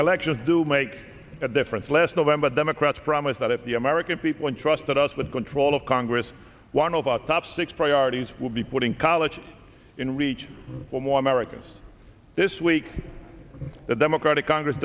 elections do make a difference last november democrats promise that if the american people and trust us with control of congress one of our top six priorities will be putting college in reach for more america's this week the democratic congress